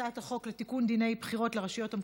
הצעת חוק מגבלות על חזרתו של עבריין